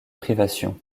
privations